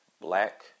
Black